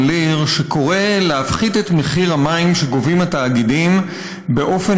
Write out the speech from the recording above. ליר שקורא להפחית את מחיר המים שהתאגידים גובים באופן